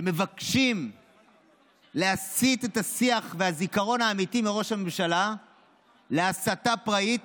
שמבקשים להסיט את השיח והזיכרון האמיתי מראש הממשלה להסתה פראית